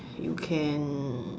you can